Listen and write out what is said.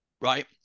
Right